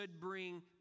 bring